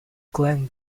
glenn